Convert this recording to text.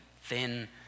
thin